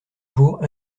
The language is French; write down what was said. jours